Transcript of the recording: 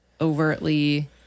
overtly